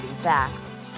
facts